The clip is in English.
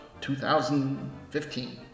2015